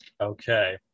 okay